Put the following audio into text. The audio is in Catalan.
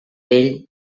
vell